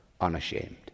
unashamed